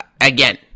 again—